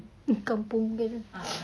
kampung girl